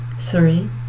three